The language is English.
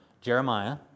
Jeremiah